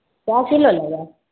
कए किलो लेबै